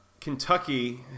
Kentucky